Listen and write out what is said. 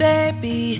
Baby